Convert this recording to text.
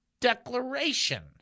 declaration